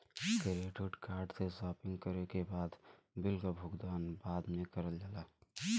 credit card से shopping करे के बाद बिल क भुगतान बाद में करल जाला